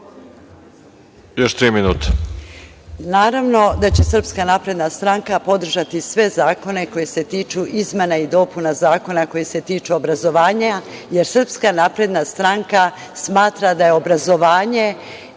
Još tri minuta.